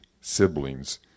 siblings